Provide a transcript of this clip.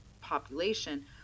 population